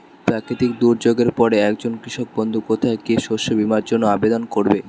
প্রাকৃতিক দুর্যোগের পরে একজন কৃষক বন্ধু কোথায় গিয়ে শস্য বীমার জন্য আবেদন করবে?